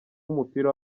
w’umupira